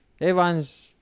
Everyone's